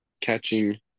catching